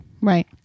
Right